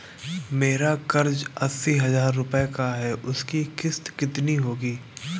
मेरा कर्ज अस्सी हज़ार रुपये का है उसकी किश्त कितनी होगी?